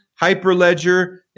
Hyperledger